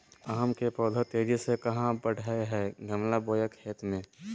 आम के पौधा तेजी से कहा बढ़य हैय गमला बोया खेत मे?